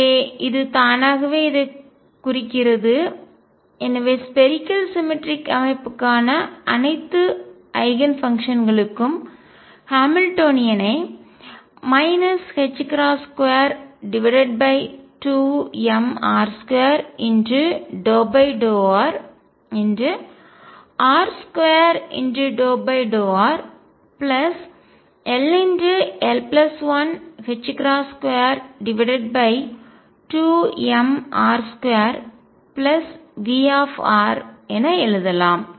எனவே இது தானாகவே இதைக் குறிக்கிறது எனவே ஸ்பேரிக்கல் சிமெட்ரிக் கோள சமச்சீர் அமைப்புக்கான அனைத்து ஐகன்ஃபங்க்ஷன்களுக்கும் ஹாமில்டோனியனை ℏ22mr2∂rr2∂rll122mr2V என எழுதலாம்